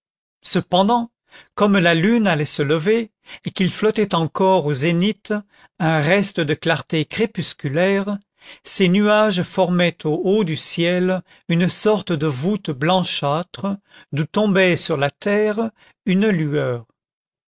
cependant comme la lune allait se lever et qu'il flottait encore au zénith un reste de clarté crépusculaire ces nuages formaient au haut du ciel une sorte de voûte blanchâtre d'où tombait sur la terre une lueur